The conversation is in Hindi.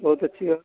बहुत अच्छी बात